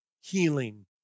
healing